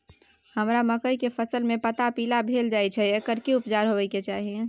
हमरा मकई के फसल में पता पीला भेल जाय छै एकर की उपचार होबय के चाही?